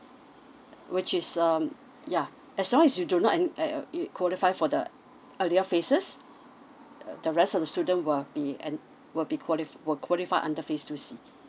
which is um yeah as long as you do not en~ err err qualify for the earlier phases err the rest of the student will be en~ will be quali~ will qualify under phase two C